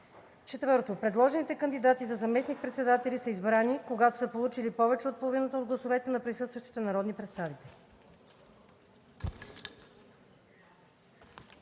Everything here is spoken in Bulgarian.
4. Предложените кандидати за заместник-председатели са избрани, когато са получили повече от половината от гласовете от присъстващите народни представители.“